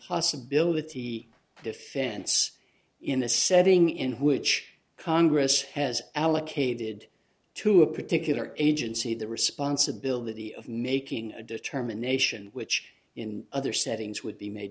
impossibility defense in a setting in which congress has allocated to a particular agency the responsibility of making a determination which in other settings would be made